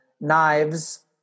Knives